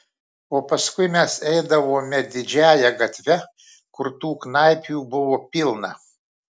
o paskui mes eidavome didžiąja gatve kur tų knaipių buvo pilna